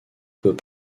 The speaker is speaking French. peut